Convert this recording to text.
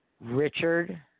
Richard